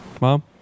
mom